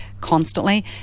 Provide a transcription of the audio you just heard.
constantly